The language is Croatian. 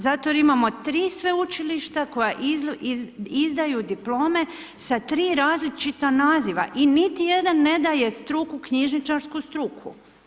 Zato jer imamo 3 sveučilišta koje izdaju diplome sa 3 različita naziv i niti jedan ne daje struku, knjižničarsku struku.